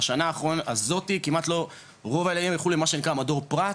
בשנה האחרונה הזאתי כמעט רוב הילדים ילכו למה שנקרא מדור פרט,